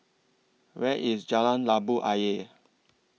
Where IS Jalan Labu Ayer